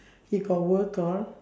he got work all